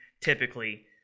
typically